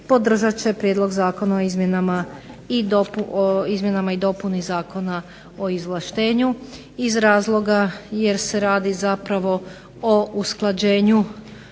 podržat će Prijedlog zakona o izmjenama i dopuni Zakona o izvlaštenju iz razlog a jer se radi zapravo o usklađenju